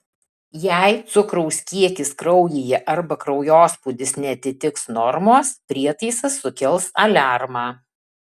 jei cukraus kiekis kraujyje arba kraujospūdis neatitiks normos prietaisas sukels aliarmą